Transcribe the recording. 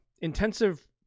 intensive